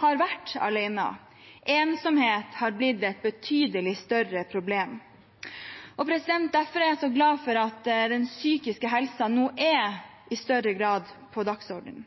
har vært alene. Ensomhet har blitt et betydelig større problem. Derfor er jeg så glad for at psykisk helse nå i større grad er på dagsordenen.